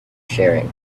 sharing